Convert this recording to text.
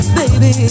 baby